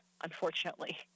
unfortunately